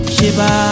Shiba